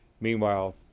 Meanwhile